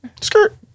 Skirt